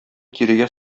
кирегә